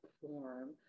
form